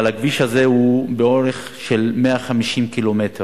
אבל הכביש הזה הוא באורך של 150 קילומטר,